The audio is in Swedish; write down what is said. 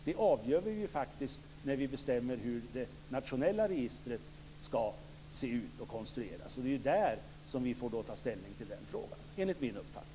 Det avgör vi faktiskt när vi bestämmer hur det nationella registret skall se ut och konstrueras. Det är då som vi enligt min uppfattning får ta ställning till den frågan.